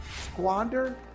squander